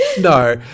no